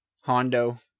Hondo